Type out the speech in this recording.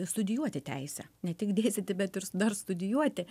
studijuoti teisę ne tik dėstyti bet ir dar studijuoti